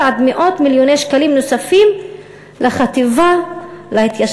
עד מאות מיליוני שקלים נוספים לחטיבה להתיישבות,